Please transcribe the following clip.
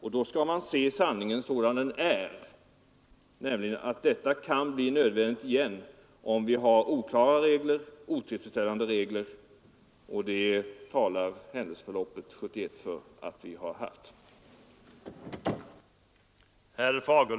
Vi måste se sanningen sådan den är, nämligen att detta kan bli nödvändigt igen, om vi har oklara och otillfredsställande regler, och händelseförloppet 1971 talar för att vi har det.